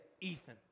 Ethan